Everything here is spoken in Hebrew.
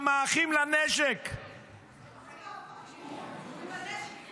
גם האחים לנשק --- אוי ואבוי,